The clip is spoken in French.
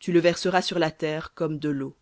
tu le verseras sur la terre comme de l'eau